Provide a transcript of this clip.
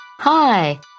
Hi